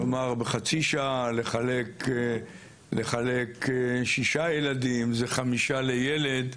כלומר, בחצי שעה לחלק 6 ילדים, זה 5 לילד,